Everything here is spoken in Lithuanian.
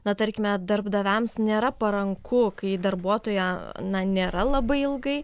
na tarkime darbdaviams nėra paranku kai darbuotoją na nėra labai ilgai